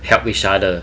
help each other